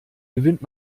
gewinnt